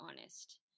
honest